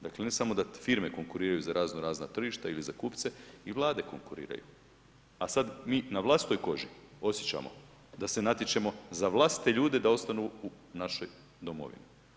Dakle, ne samo da firme konkuriraju za razno razna tržišta ili za kupce i vlade konkuriraju, a sad mi na vlastitoj koži osjećamo da se natječemo za vlastite ljude da ostanu u našoj Domovini.